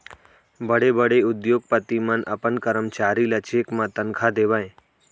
बड़े बड़े उद्योगपति मन अपन करमचारी ल चेक म तनखा देवय